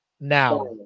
Now